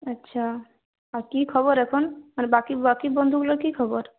আচ্ছা আর কি খবর এখন আর বাকি বাকি বন্ধুগুলোর কি খবর